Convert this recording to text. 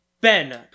Ben